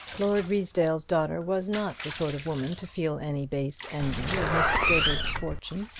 lord ruysdale's daughter was not the sort of woman to feel any base envy of mrs. gilbert's fortune.